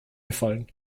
gefallen